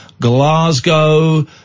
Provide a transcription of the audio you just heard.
Glasgow